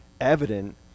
evident